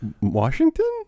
Washington